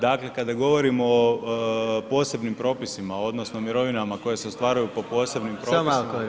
Dakle, kada govorimo o posebnim propisima odnosno mirovinama koje se ostvaruju po posebnim propisima